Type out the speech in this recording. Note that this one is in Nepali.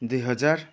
दुई हजार